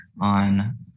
on